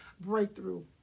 breakthrough